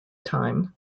time